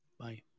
Bye